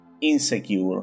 insecure